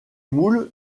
moules